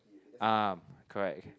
ah correct